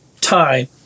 time